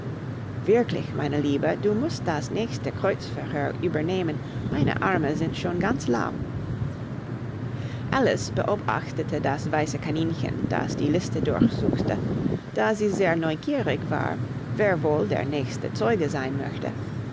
wirklich meine liebe du mußt das nächste kreuzverhör übernehmen meine arme sind schon ganz lahm alice beobachtete das weiße kaninchen das die liste durchsuchte da sie sehr neugierig war wer wohl der nächste zeuge sein möchte